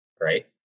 right